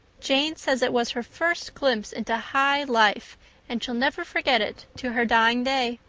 jane says it was her first glimpse into high life and she'll never forget it to her dying day.